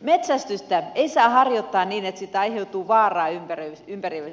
metsästystä ei saa harjoittaa niin että siitä aiheutuu vaaraa